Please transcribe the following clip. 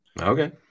Okay